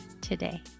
today